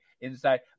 inside